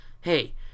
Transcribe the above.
hey